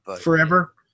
forever